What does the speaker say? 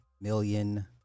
million